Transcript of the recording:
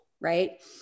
right